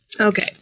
Okay